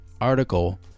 article